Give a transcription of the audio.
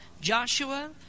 Joshua